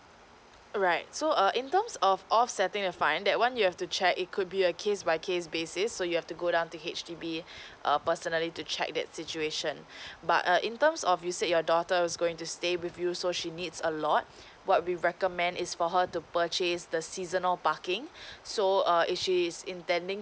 right so err in terms of off setting a fine that one you have to check it could be a case by case basis so you have to go down to H_D_B err personally to check that situation but err in terms of you said your daughter was going to stay with you so she needs a lot what we recommend is for her to purchase the seasonal parking so err if she is intending